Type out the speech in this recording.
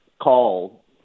call